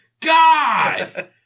God